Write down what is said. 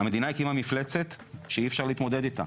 המדינה הקימה מפלצת שאי אפשר להתמודד איתה.